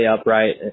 upright